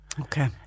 Okay